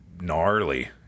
gnarly